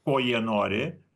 ko jie nori